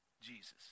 Jesus